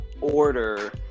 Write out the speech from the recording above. order